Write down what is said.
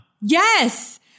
Yes